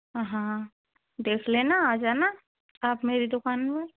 हाँ देख लेना आ जाना आप मेरी दुकान में